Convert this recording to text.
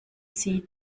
sie